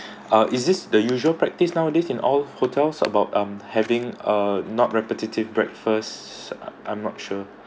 uh is this the usual practice nowadays in all hotels about um having a not repetitive breakfast I'm not sure